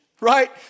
right